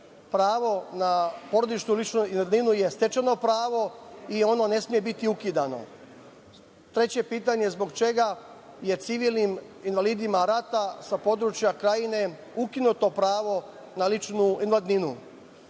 Pravo na porodičnu, ličnu invalidninu je stečeno pravo i ono ne sme biti ukidano. Treće pitanje - zbog čega je civilnim invalidima rata sa područja Krajine ukinuto pravo na ličnu invalidninu? Četvrto